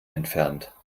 entfernt